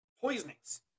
poisonings